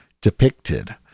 depicted